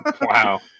Wow